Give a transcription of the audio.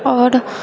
आओर